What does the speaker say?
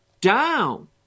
down